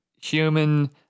human